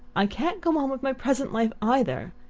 i can't go on with my present life either.